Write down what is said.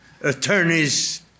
attorneys